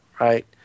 right